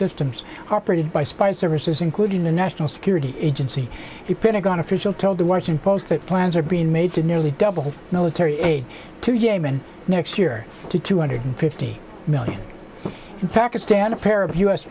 systems operated by spy services including the national security agency the pentagon official told the washington post that plans are being made to nearly double military aid to yemen next year to two hundred fifty million in pakistan a pair of u